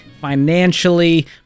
financially